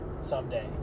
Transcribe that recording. someday